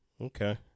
Okay